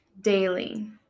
daily